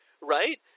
right